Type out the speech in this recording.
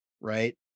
right